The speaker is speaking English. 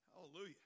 Hallelujah